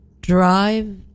drive